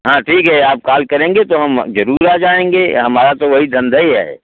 हाँ ठीक है आप काल करेंगे तो हम जरूर आ जाएंगे हमारा तो वही धंधा ही है